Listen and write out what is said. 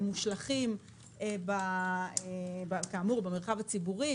הם מושלכים במרחב הציבורי,